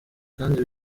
kandi